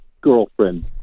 girlfriend